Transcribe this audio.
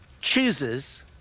chooses